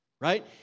Right